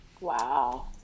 Wow